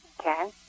Okay